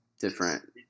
different